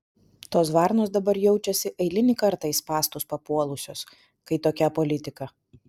tos varnos dabar jaučiasi eilinį kartą į spąstus papuolusios kai tokia politika